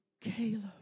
Caleb